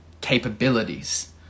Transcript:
capabilities